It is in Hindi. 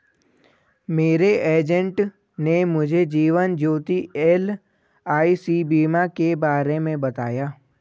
मेरे एजेंट ने मुझे जीवन ज्योति एल.आई.सी बीमा के बारे में बताया